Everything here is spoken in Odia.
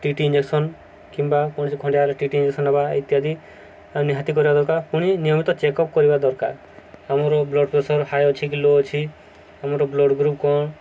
ଟି ଟି ଇଞ୍ଜେକ୍ସନ୍ କିମ୍ବା କୌଣସି ଖଣ୍ଡିଆଟି ଟି ଟି ଇଞ୍ଜେକ୍ସନ୍ ନେବା ଇତ୍ୟାଦି ନିହାତି କରିବା ଦରକାର ପୁଣି ନିୟମିତ ଚେକଅପ୍ କରିବା ଦରକାର ଆମର ବ୍ଲଡ୍ ପ୍ରେସର ହାଏ ଅଛି କି ଲୋ ଅଛି ଆମର ବ୍ଲଡ୍ ଗ୍ରୁପ୍ କ'ଣ